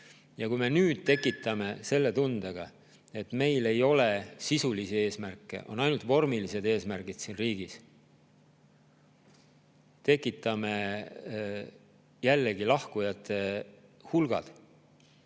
Ja kui me nüüd tekitame selle tunde, et meil ei ole sisulisi eesmärke, on ainult vormilised eesmärgid siin riigis, tekitame jällegi lahkujate hulgad,